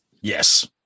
Yes